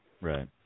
Right